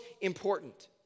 important